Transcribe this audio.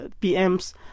PM's